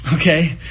Okay